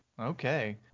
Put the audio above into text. Okay